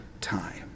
time